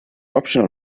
option